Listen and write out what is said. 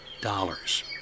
dollars